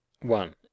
one